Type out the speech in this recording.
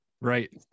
Right